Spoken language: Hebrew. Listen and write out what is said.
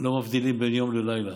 לא מבדילים בין יום ללילה.